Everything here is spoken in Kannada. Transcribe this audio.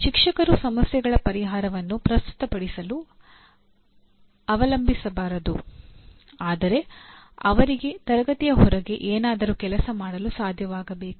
ಶಿಕ್ಷಕರು ಸಮಸ್ಯೆಗಳ ಪರಿಹಾರವನ್ನು ಪ್ರಸ್ತುತ ಪಡಿಸಲು ಅವಲಂಬಿಸಬಾರದು ಆದರೆ ಅವರಿಗೆ ತರಗತಿಯ ಹೊರಗೆ ಏನಾದರೂ ಕೆಲಸ ಮಾಡಲು ಸಾಧ್ಯವಾಗಬೇಕು